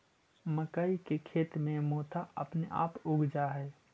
मक्कइ के खेत में मोथा अपने आपे उग जा हई